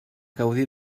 gaudir